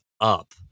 up